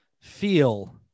Feel